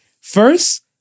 first